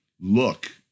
look